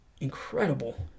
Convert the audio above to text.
incredible